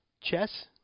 Chess